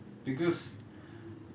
it doesn't matter if you don't pay us